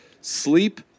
sleep